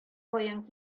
кайдан